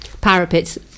parapets